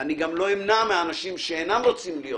אני גם לא אמנע מאנשים שאינם רוצים להיות